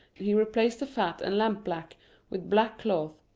he replaced the fat and lampblack with black cloth,